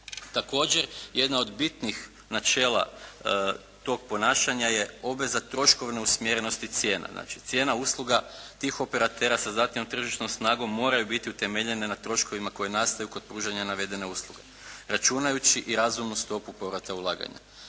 Također, jedna od bitnih načela tog ponašanja je obveza troškovne usmjerenosti cijena. Znači, cijena usluga tih operatera sa zahtjevnom tržišnom snagom moraju biti utemeljene na troškovima koji nastaju kod pružanja navedene usluge računajući i razumnu stopu povrata ulaganja.